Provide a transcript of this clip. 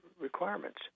requirements